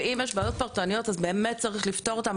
ואם יש בעיות פרטניות, באמת צריך לפתור אותן.